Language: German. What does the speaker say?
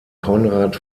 konrad